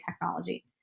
technology